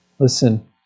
Listen